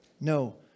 No